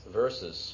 verses